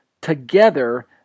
Together